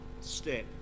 step